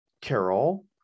Carol